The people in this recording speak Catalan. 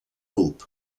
club